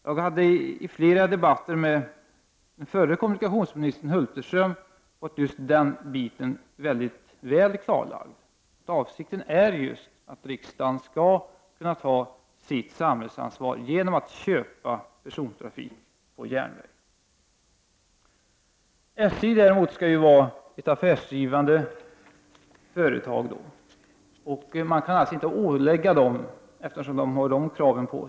Jag har vid flera debatter med förre kommunikationsministern Hulterström fått just den frågan väl klarlagd; avsikten är just att riksdagen skall kunna ta sitt samlade ansvar genom att köpa persontrafik på järnväg. SJ däremot skall vara ett affärsdrivande företag. Man kan alltså inte ålägga SJ att ta detta bredare ansvar.